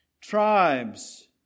tribes